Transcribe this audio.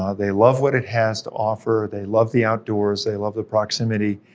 ah they love what it has to offer, they love the outdoors, they love the proximity,